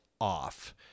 off